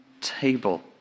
table